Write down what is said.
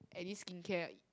any skincare